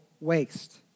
waste